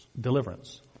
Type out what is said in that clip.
deliverance